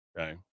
Okay